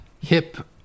hip